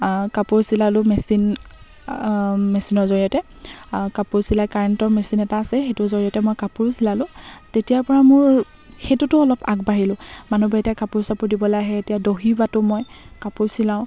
কাপোৰ চিলালো মেচিন মেচিনৰ জৰিয়তে কাপোৰ চিলাই কাৰেণ্টৰ মেচিন এটা আছে সেইটোৰ জৰিয়তে মই কাপোৰো চিলালো তেতিয়াৰ পৰা মোৰ সেইটোতো অলপ আগবাঢ়িলো মানুহবোৰে এতিয়া কাপোৰ চাপোৰ দিবলৈ আহে এতিয়া দহি বাতো মই কাপোৰ চিলাওঁ